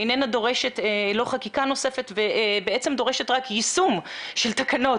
פעולה שאיננה דורשת חקיקה נוספת ובעצם דורשת רק יישום של תקנות.